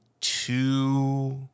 two